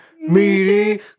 meaty